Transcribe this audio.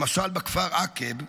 למשל בכפר עקב,